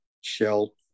shell